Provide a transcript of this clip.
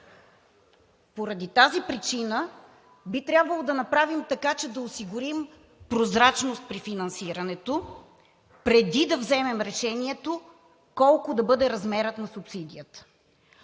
Поради тази причина би трябвало да направим така, че да осигурим прозрачност при финансирането, преди да вземем решението колко да бъде размерът на субсидията.